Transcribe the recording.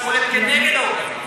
את פועלת נגד האופוזיציה.